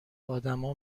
آدما